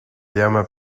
llama